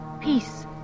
peace